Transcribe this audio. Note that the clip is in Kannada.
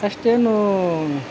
ಅಷ್ಟೇನೂ